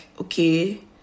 okay